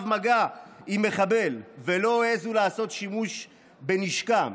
מגע עם מחבל ולא העזו לעשות שימוש בנשקם.